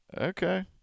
Okay